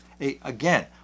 again